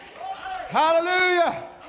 Hallelujah